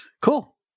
cool